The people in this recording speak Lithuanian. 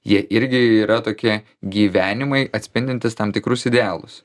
jie irgi yra tokie gyvenimai atspindintys tam tikrus idealus